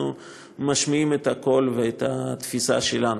אנחנו משמיעים את הקול ואת התפיסה שלנו.